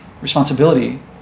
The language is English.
responsibility